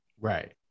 Right